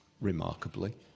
remarkably